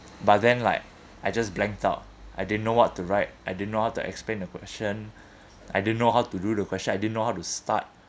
but then like I just blanked out I didn't know what to write I didn't know how to expand the question I didn't know how to do the question I didn't know how to start